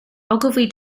ogilvy